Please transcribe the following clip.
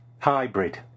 Hybrid